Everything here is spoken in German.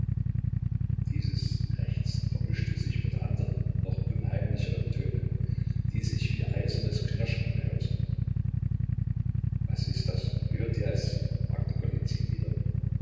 und dieses krächzen vermischte sich mit anderen noch unheimlicheren tönen die sich wie eisernes knirschen anhörten was ist das hört ihr es fragte golizyn wieder